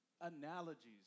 analogies